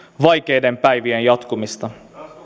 vaikeiden päivien jatkumista